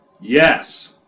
Yes